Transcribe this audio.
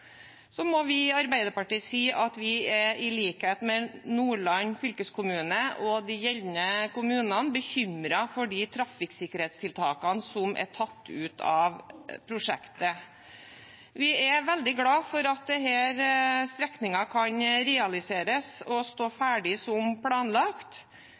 Så må vi i Arbeiderpartiet si at vi – i likhet med Nordland fylkeskommune og de gjeldende kommunene – er bekymret for de trafikksikkerhetstiltakene som er tatt ut av prosjektet. Vi er veldig glade for at denne strekningen kan realiseres og stå ferdig som planlagt,